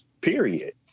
period